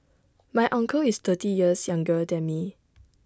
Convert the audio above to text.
my uncle is thirty years younger than me